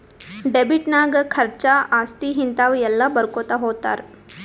debit ನಾಗ್ ಖರ್ಚಾ, ಆಸ್ತಿ, ಹಿಂತಾವ ಎಲ್ಲ ಬರ್ಕೊತಾ ಹೊತ್ತಾರ್